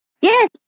Yes